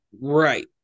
Right